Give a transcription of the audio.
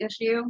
issue